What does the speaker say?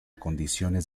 condiciones